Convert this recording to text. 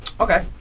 Okay